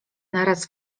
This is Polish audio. naraz